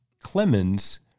Clemens